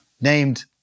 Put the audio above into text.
named